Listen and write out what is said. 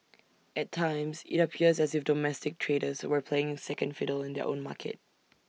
at times IT appears as if domestic traders were playing second fiddle in their own market